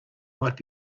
might